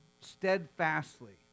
steadfastly